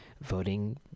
voting